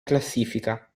classifica